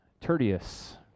Tertius